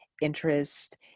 interest